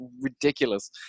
ridiculous